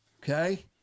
Okay